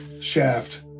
shaft